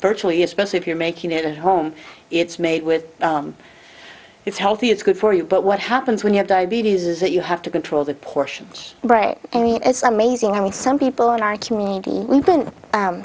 virtually especially if you're making it at home it's made with it's healthy it's good for you but what happens when you have diabetes is that you have to control that portions break any as amazing how some people in our community